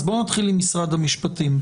אז בואו נתחיל עם משרד המשפטים.